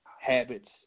Habits